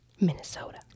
Minnesota